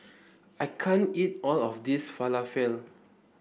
I can't eat all of this Falafel